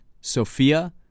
Sophia